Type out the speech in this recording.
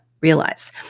realize